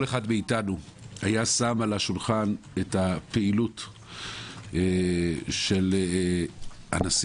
אחד מאיתנו היה שם על השולחן את הפעילות של הנשיא